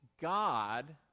God